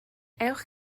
ewch